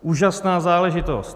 Úžasná záležitost.